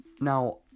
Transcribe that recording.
Now